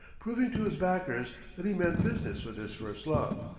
proving to his backers that he meant business with his first love,